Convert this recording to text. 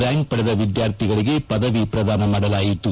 ರ್ಯಾಂಕ್ಪಡೆದ ವಿದ್ಯಾರ್ಥಿಗಳಿಗೆ ಪದವಿ ಪ್ರದಾನ ಮಾಡಲಾಯಿತು